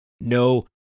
no